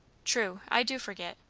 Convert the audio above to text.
true, i do forget.